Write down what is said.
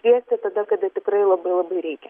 kviesti tada kada tikrai labai labai reikia